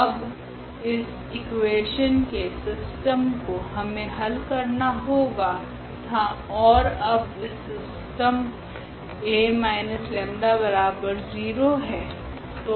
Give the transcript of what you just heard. तो अब इस इकुवेशनस के सिस्टम को हमे हल करना होगा तथा ओर अब सिस्टम 𝐴−𝜆0 है